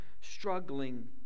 struggling